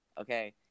Okay